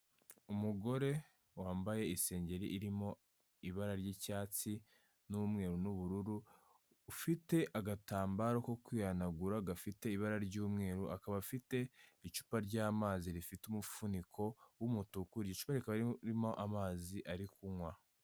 Umugore wambaye isengeri irimo ibara ry'icyatsi n'umweru n'ubururu, ufite agatambaro ko kwihanagura gafite ibara ry'umweru, akaba afite icupa ry'amazi rifite umufuniko w'umutuku, iryo cupa rikaba ririmo amazi ari kunywa.